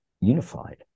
unified